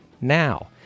now